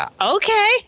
okay